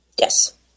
Yes